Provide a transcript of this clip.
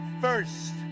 first